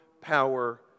power